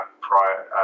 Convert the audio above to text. prior